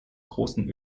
großen